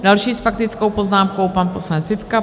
Další s faktickou poznámkou pan poslanec Fifka.